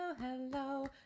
hello